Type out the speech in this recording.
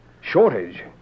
Shortage